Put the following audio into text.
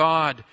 God